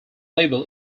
label